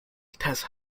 tests